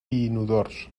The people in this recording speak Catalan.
inodors